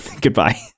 Goodbye